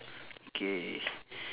okay